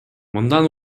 мындан